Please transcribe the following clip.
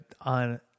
on